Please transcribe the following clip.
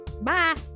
Bye